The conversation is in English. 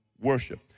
worship